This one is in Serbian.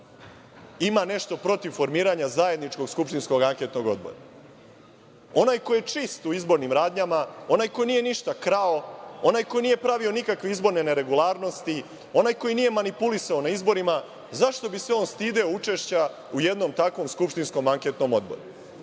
ima nešto protiv formiranja zajedničkog skupštinskog anketnog odbora? Onaj koji je čist u izbornim radnjama, onaj koji nije ništa krao, onaj koji nije pravio nikakve izborne neregularnosti, onaj koji nije manipulisao na izborima, zašto bi se on stideo učešća u jednom takvom skupštinskog anketnom odboru? Iz